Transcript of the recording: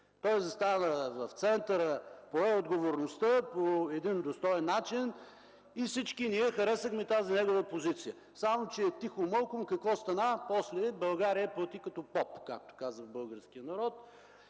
застана в центъра, пое отговорността по един достоен начин и всички ние харесахме тази негова позиция. Само че тихомълком какво стана – после България плати като поп, както казва българския народ.